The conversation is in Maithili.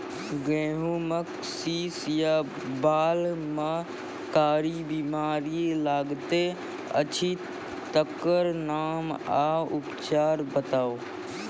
गेहूँमक शीश या बाल म कारी बीमारी लागतै अछि तकर नाम आ उपचार बताउ?